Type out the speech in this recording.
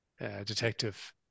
Detective